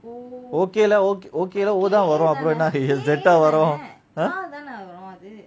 okay lah okay O தான் வரும் அப்புறம் என்ன ஸியாத் வரும்:thaan varum apram enna zetah varum